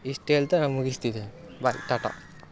ಇಷ್ಟು ಹೇಳ್ತಾ ನಾ ಮುಗಿಸ್ತಿದ್ದೇನೆ ಬಾಯ್ ಟಾಟಾ